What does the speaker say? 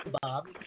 Bob